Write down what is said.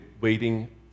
waiting